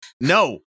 no